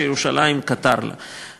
שירושלים קטר לה.